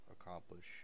accomplish